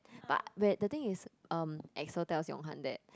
but where the thing is um Axel tells Yong Han that